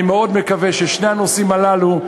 אני מאוד מקווה ששני הנושאים הללו,